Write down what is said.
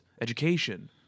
education